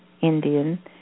Indian